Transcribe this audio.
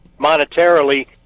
monetarily